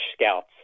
scouts